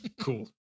Cool